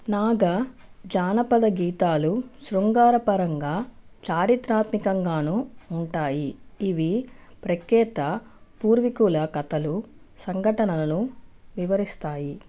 నాగా జానపద గీతాలు శృంగారపరంగా చారిత్రాత్మకంగానూ ఉంటాయి ఇవి ప్రఖ్యాత పూర్వీకుల కథలు సంఘటనలను వివరిస్తాయి